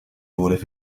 vorige